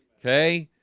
ok,